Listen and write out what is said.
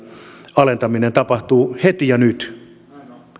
alentaminen tapahtuu heti ja nyt